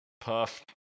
Puff